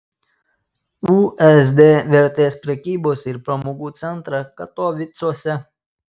usd vertės prekybos ir pramogų centrą katovicuose